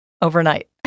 overnight